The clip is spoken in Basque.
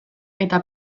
eta